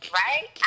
right